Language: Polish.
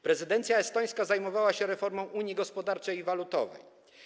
Prezydencja estońska zajmowała się reformą unii gospodarczej i walutowej.